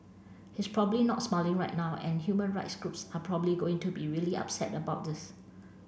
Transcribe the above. he's probably not smiling right now and human rights groups are probably going to be really upset about this